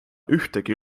ühtegi